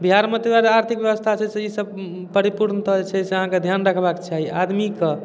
बिहारमे तै दुआरे आर्थिक व्यवस्था छै से ई सब परिपूर्णतः जे छै से अहाँके ध्यान रखबाक चाही आदमीके